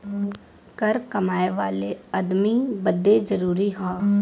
कर कमाए वाले अदमी बदे जरुरी हौ